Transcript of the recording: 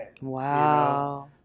Wow